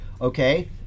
okay